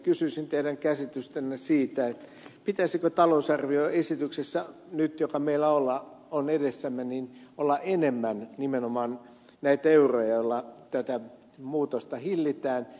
kysyisin teidän käsitystänne siitä pitäisikö talousarvioesityksessä joka meillä on nyt edessämme olla enemmän nimenomaan näitä euroja joilla tätä muutosta hillitään